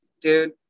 Dude